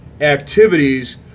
activities